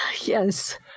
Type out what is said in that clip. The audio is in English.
Yes